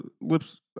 lips